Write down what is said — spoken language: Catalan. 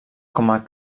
com